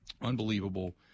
unbelievable